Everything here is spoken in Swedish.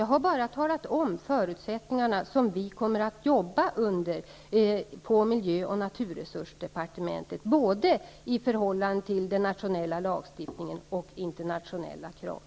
Jag har bara talat om de förutsättningar vi kommer att arbeta under på miljö och naturresursdepartementet i förhållande till både den nationella lagstiftningens krav och internationella krav.